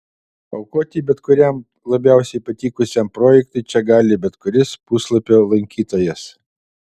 aukoti bet kuriam labiausiai patikusiam projektui čia gali bet kuris puslapio lankytojas